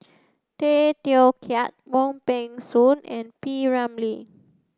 Tay Teow Kiat Wong Peng Soon and P Ramlee